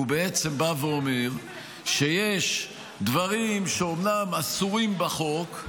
למעשה הוא אומר שיש דברים שאומנם אסורים בחוק,